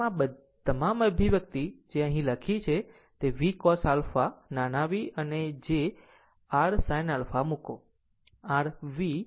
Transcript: આમ આ તમામ અભિવ્યક્તિ મેં અહીં જે પણ લખી છે તે VCos α નાના V અને js r sin α મૂકો